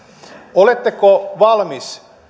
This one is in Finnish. oletteko valmis